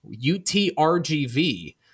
UTRGV